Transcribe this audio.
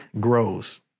grows